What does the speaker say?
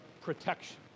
protection